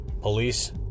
police